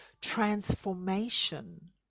transformation